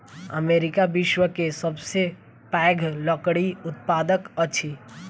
America विश्व के सबसे पैघ लकड़ी उत्पादक अछि